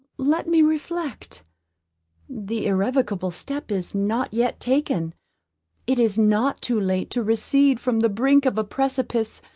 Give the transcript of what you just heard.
let me reflect the irrevocable step is not yet taken it is not too late to recede from the brink of a precipice,